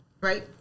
right